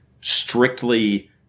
strictly